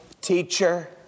Teacher